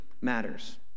matters